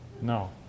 No